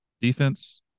defense